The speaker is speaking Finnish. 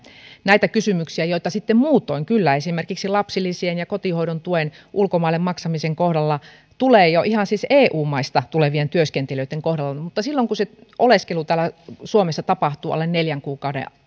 näitä kysymyksiä joita sitten muutoin kyllä esimerkiksi lapsilisien ja kotihoidon tuen ulkomaille maksamisen kohdalla tulee jo ihan siis eu maista tulevien työskentelijöitten kohdalla mutta kun se oleskelu täällä suomessa tapahtuu alle neljän kuukauden